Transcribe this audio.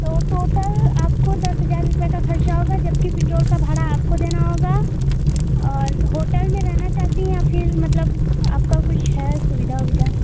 तो टोटल आपको दस हज़ार रुपये का खर्चा होगा जबकि पिट्रोल का भाड़ा आपको देना होगा और होटल में रहना चाहती है या फ़िर मतलब आपका कुछ है सुविधा उविधा